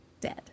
Dead